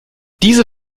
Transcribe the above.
diese